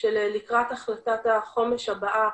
של לקראת החלטת החומש הבאה